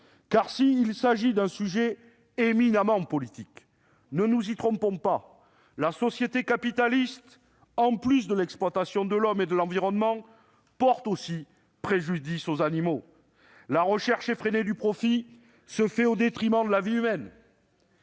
car il s'agit d'une question éminemment politique. Ne nous y trompons pas, la société capitaliste, qui se traduit par l'exploitation de l'homme et de l'environnement, porte aussi préjudice aux animaux. La recherche effrénée du profit se fait au détriment de la vie humaine,